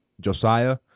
Josiah